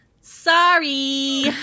sorry